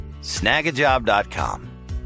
Snagajob.com